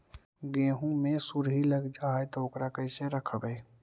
गेहू मे सुरही लग जाय है ओकरा कैसे रखबइ?